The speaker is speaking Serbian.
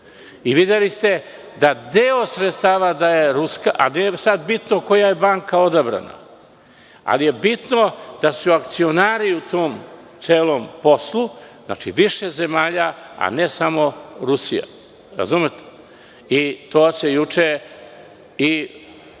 Videli ste da deo sredstava daje Ruska, a nije sad bitno koja je banka odabrana. Ali je bitno da su akcionari u tom celom poslu, znači više zemalja, a ne samo Rusija. To se juče i